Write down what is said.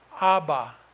Abba